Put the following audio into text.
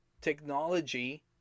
technology